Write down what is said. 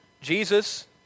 Jesus